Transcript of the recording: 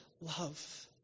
love